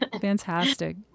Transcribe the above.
Fantastic